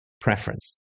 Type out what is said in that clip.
preference